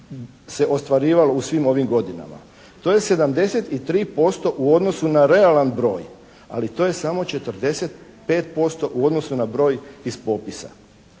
se i ostvarivalo u svim ovim godinama. To je 73% u odnosu na realan broj, ali to je samo 45% u odnosu na broj iz popisa.